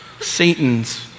Satan's